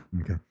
Okay